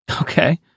Okay